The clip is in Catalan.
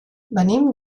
venim